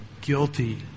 guilty